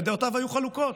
ודעותיו היו חלוקות,